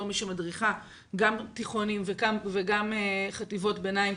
בתור מי שמדריכה גם תיכונים וגם חטיבות ביניים,